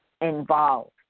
involved